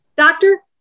Doctor